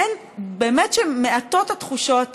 ובאמת שמעטות התחושות